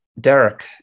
Derek